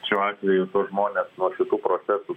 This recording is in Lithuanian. šiuo atveju žmones nuo šitų procesų